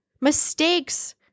mistakes